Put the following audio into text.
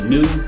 New